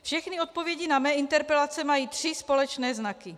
Všechny odpovědi na mé interpelace mají tři společné znaky.